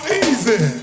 easy